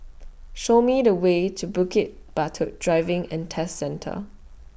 Show Me The Way to Bukit Batok Driving and Test Centre